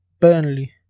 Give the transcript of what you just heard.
Burnley